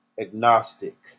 agnostic